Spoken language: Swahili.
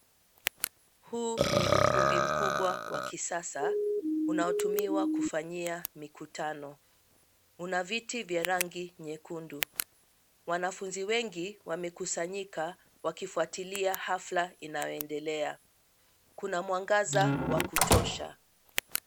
Huu ni ukumbi mkubwa wa kisasa unaotumiwa kufanyia mikutano. Una viti vya rangi nyekundu. Wanafunzi wengi wamekusanyika wakifuatilia hafla inayoendelea. Kuna mwangaza wa kutosha.